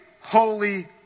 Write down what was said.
holy